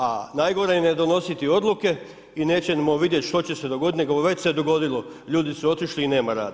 A najgore je ne donositi odluke i nećemo vidjeti što će se dogodit, nego već se dogodilo, ljudi su otišli i nema radnika.